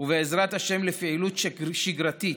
ובעזרת השם לפעילות שגרתית,